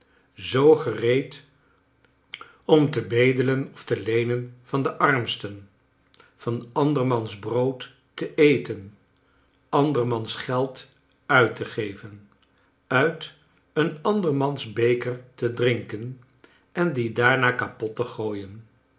zoo gereed om te bedelen of te leenen van den armsten van andermans brood te eten andermans geld uit te geven uit een andermans beker te drinken en dien daarna kapot te gooien